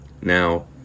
Now